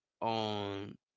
on